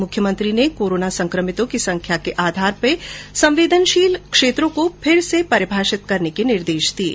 मुख्यमंत्री ने संक्रमितों की संख्या के आधार पर संवेदनशील क्षेत्रों को फिर से परिभाषित करने का निर्देश दिया है